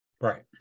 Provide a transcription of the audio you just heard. Right